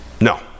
No